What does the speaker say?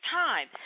time